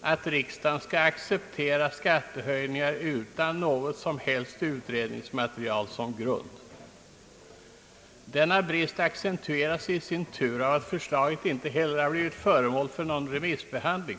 att riksdagen skall acceptera skattehöjningar utan något som helst utredningsmaterial som grund. Denna brist accentueras i sin tur av att förslaget inte heller blivit föremål för någon remissbehandling.